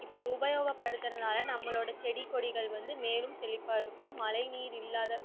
இப்படி உபயோகப்படுத்துகிறனால நம்மளோட செடி கொடிகள் வந்து மேலும் செழிப்பாக இருக்கும் மழை நீர் இல்லாத